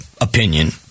opinion